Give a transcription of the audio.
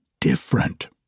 different